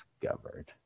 discovered